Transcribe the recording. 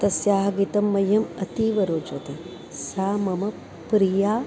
तस्याः गीतं मह्यम् अतीव रोचते सा मम प्रिया